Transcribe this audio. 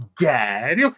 Dad